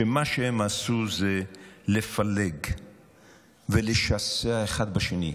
שמה שהם עשו זה לפלג ולשסע אחד בשני,